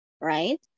right